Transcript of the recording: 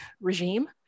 regime